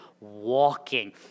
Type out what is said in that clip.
walking